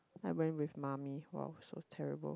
I went with mommy !wow! so terrible